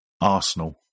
Arsenal